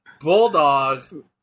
bulldog